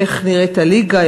איך נראית הליגה,